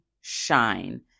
shine